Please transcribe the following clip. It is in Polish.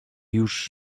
już